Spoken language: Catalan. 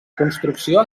construcció